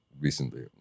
recently